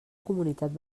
comunitat